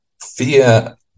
fear